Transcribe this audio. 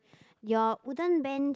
your wooden bench